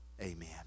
Amen